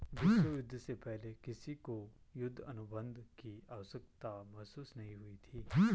विश्व युद्ध से पहले किसी को युद्ध अनुबंध की आवश्यकता महसूस नहीं हुई थी